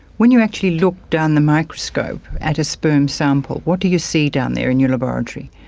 when you actually look down the microscope at a sperm sample, what do you see down there in your laboratory?